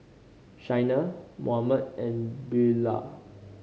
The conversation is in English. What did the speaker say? Shaina Mohammed and Beaulah